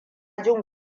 jin